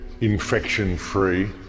infection-free